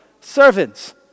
Servants